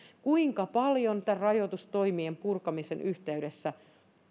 kuinka paljon näiden rajoitustoimien purkamisen yhteydessä